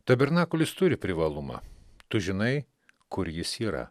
tabernakulis turi privalumą tu žinai kur jis yra